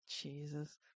Jesus